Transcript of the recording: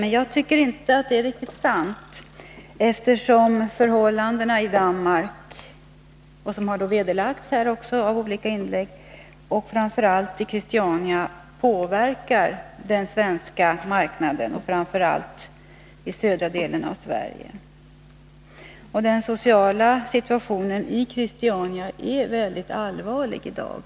Men jag tycker inte att det är riktigt sant, eftersom förhållandena i Danmark — och kanske framför allt i Christiania — påverkar marknaden i Sverige, särskilt i södra delen av Sverige. Detta har bekräftats här i olika inlägg. Den sociala situationen i Christiania är allvarlig i dag.